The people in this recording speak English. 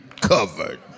covered